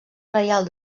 reial